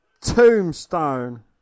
tombstone